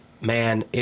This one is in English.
man